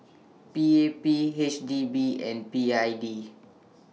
B A B H D B and B I D